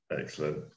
Excellent